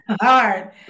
hard